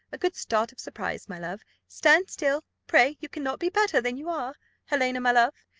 a good start of surprise, my love stand still, pray you cannot be better than you are helena, my love,